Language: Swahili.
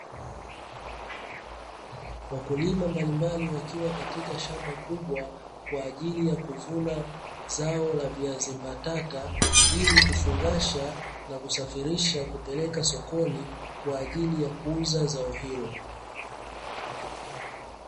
Wakulima mbalimbali wakiwa katika shamba kubwa kwa ajili ya kuvuna zao la viazi mbatata, ili kufungasha na kusafirisha kupeleka sokoni kwa ajili ya kuuza zao hilo.